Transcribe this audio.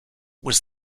was